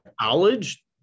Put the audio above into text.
College